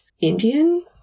Indian